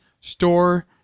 store